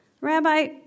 Rabbi